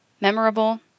memorable